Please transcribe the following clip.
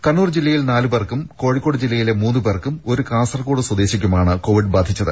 കണ്ണൂർ ജില്ലയിൽ നാലു പേർക്കും കോഴിക്കോട് ജില്ലയിലെ മൂന്നു പേർക്കും ഒരു കാസർകോട് സ്വദേശിക്കുമാണ് കോവിഡ് ബാധിച്ചത്